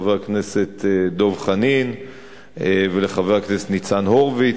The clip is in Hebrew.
לחבר הכנסת דב חנין ולחבר הכנסת ניצן הורוביץ.